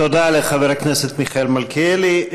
תודה לחבר הכנסת מיכאל מלכיאלי.